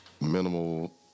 minimal